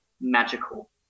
magical